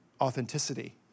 authenticity